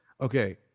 Okay